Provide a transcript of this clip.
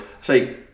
say